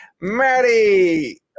maddie